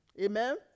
Amen